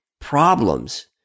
problems